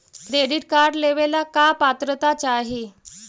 Credit card लेवेला का पात्रता चाही?